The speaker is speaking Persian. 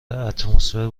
اتمسفر